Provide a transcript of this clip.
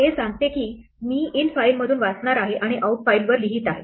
हे सांगते की मी इन फाइलमधून वाचणार आहे आणि आउटफाइलवर लिहित आहे